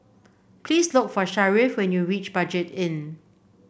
please look for Sharif when you reach Budget Inn